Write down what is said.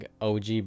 OG